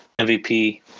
MVP